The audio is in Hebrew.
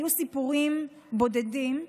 היו סיפורים בודדים,